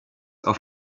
auf